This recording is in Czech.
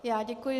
Já děkuji.